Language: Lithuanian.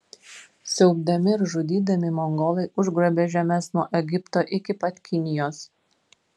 siaubdami ir žudydami mongolai užgrobė žemes nuo egipto iki pat kinijos